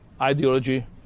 Ideology